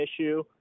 issue